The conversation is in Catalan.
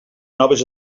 noves